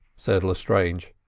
said lestrange.